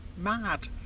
mad